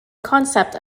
concept